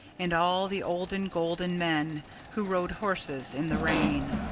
and all the olden golden men who rode horses in the rain.